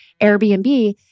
Airbnb